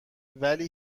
ولی